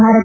Bharati